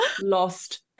lost